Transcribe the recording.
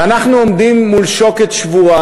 ואנחנו עומדים מול שוקת שבורה,